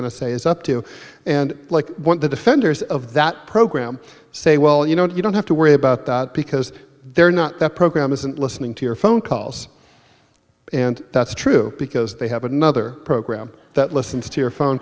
a is up to and like what the defenders of that program say well you know you don't have to worry about that because they're not that program isn't listening to your phone calls and that's true because they have another program that listens to your phone